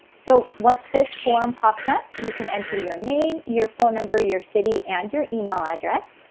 so once this form pops up you can enter your name, your phone number, your city and your email address.